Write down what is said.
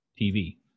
TV